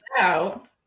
out